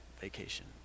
vacation